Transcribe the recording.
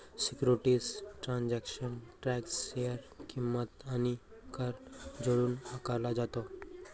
securities transaction tax share किंमत आणि कर जोडून आकारला जातो